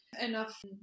enough